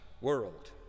world